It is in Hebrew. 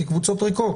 כקבוצות ריקות.